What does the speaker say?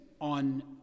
on